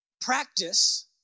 practice